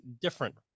different